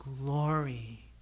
glory